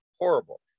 horrible